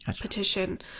petition